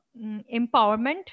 empowerment